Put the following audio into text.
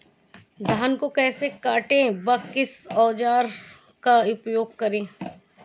धान को कैसे काटे व किस औजार का उपयोग करें?